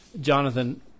Jonathan